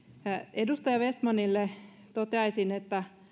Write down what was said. edustaja vestmanille toteaisin että